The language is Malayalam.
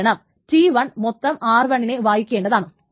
കാരണം T 1 മൊത്തം r 1 നെ വായിക്കേണ്ടതാണ്